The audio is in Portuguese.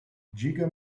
diga